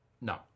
No